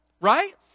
Right